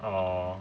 orh